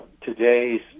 today's